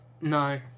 No